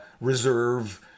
reserve